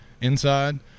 inside